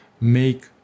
make